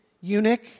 eunuch